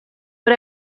but